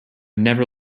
never